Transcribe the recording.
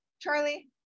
charlie